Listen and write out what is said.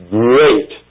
great